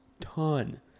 ton